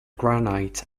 granite